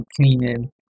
cleaning